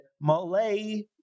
Malay